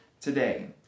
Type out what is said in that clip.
today